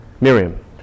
miriam